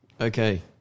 Okay